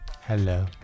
Hello